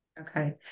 Okay